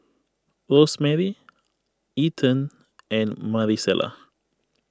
Rosemary Ethen and Marisela